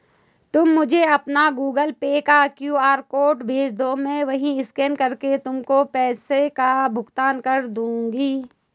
तुम मुझे अपना गूगल पे का क्यू.आर कोड भेजदो, मैं वहीं स्कैन करके तुमको पैसों का भुगतान कर दूंगी